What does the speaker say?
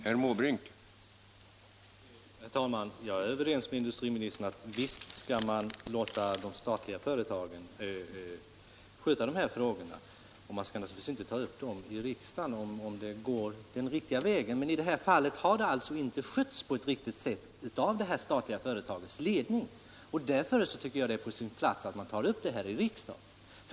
Herr talman! Jag är överens med industriministern om att man skall låta de statliga företagen sköta dessa frågor och att man naturligtvis inte skall ta upp dem i riksdagen, om det går den riktiga vägen. Men i det här fallet har frågan alltså inte skötts på ett riktigt sätt av det statliga företagets ledning, och därför tycker jag att det är på sin plats att man tar upp denna fråga här i riksdagen.